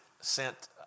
sent